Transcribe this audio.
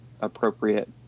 appropriate